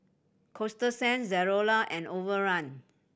Coasta Sand Zalora and Overrun